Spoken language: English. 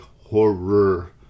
horror